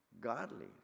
godly